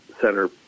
Center